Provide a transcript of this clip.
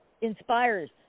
inspires